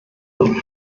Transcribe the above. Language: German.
man